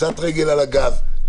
קצת רגל על הגז,